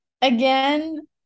again